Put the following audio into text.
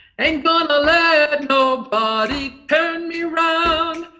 ain't gonna let nobody turn me round,